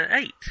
eight